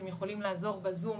הם יכולים לעזור ב-זום